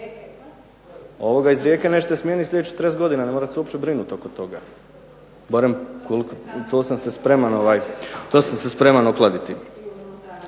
Ovoga iz Rijeke nećete smijeniti sljedećih 40 godina, ne morate se uopće brinuti oko toga. Barem koliko, u to sam se spreman okladiti.